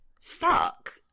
fuck